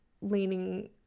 leaning